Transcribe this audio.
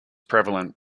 prevalent